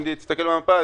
אם תסתכל במפה,